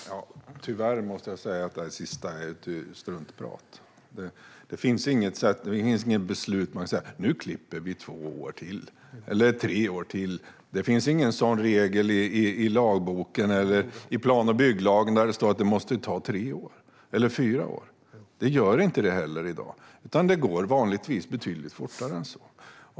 Herr talman! Tyvärr måste jag säga att det där sista är struntprat. Det finns inte något beslut eller något sätt att säga: "Nu klipper vi två eller tre år till." Det finns ingen regel i lagboken eller i plan och bygglagen där det står att det måste ta tre eller fyra år. Det gör det heller inte i dag, utan det går vanligtvis betydligt fortare än så.